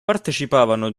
partecipavano